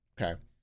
okay